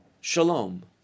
shalom